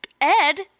ed